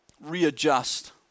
readjust